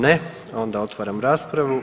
Ne, onda otvaram raspravu.